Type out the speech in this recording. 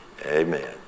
Amen